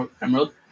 Emerald